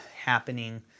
happening